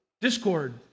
discord